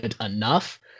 enough